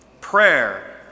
Prayer